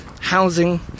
housing